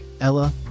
Ella